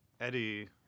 Eddie